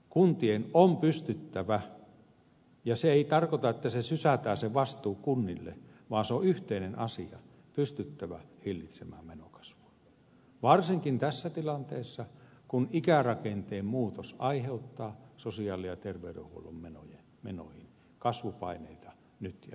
kuntien on pystyttävä ja se ei tarkoita että vastuu sysätään kunnille vaan se on yhteinen asia hillitsemään menokasvua varsinkin tässä tilanteessa kun ikärakenteen muutos aiheuttaa sosiaali ja terveydenhuollon menoihin kasvupaineita nyt ja tulevaisuudessa